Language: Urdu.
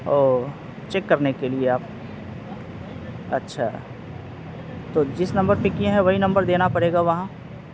اوہ چیک کرنے کے لیے آپ اچھا تو جس نمبر پہ کیے ہیں وہی نمبر دینا پڑے گا وہاں